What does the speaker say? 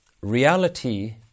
reality